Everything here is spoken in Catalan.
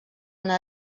una